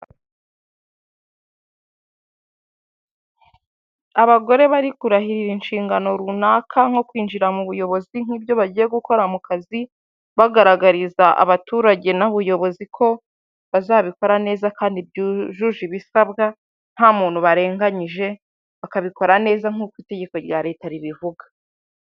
Abagore bari kurahirira inshingano runaka nko kwinjira mu buyobozi, nk'ibyo bagiye gukora mu kazi, bagaragariza abaturage n'ubuyobozi ko bazabikora neza kandi byujuje ibisabwa, nta muntu barenganyije, bakabikora neza nk'uko itegeko rya leta ribivuga.